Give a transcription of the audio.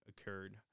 occurred